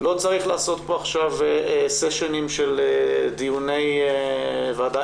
לא צריך לעשות עכשיו סשנים של דיוני ועדה.